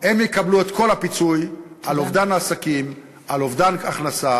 הם יקבלו את כל הפיצוי על אובדן העסקים, על